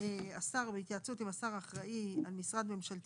"השר בהתייעצות עם השר האחראי על משרד ממשלתי